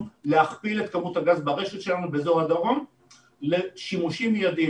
להכפיל את כמות הגז ברשת שלנו באזור הדרום לשימושים מידיים.